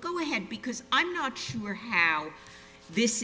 go ahead because i'm not sure how this